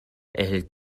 erhellt